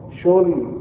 surely